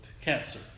cancer